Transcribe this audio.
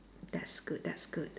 that's good that's good